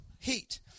heat